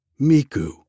Miku